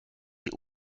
die